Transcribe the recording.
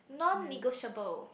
non negotiable